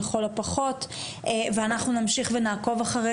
לכל הפחות ואנחנו נמשיך ונעקוב אחרי